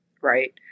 right